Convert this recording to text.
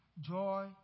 joy